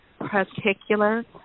particular